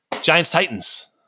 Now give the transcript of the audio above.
Giants-Titans